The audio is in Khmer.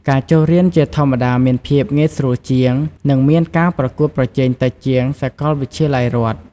ការចូលរៀនជាធម្មតាមានភាពងាយស្រួលជាង និងមានការប្រកួតប្រជែងតិចជាងសាកលវិទ្យាល័យរដ្ឋ។